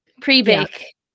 Pre-bake